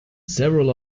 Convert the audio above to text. several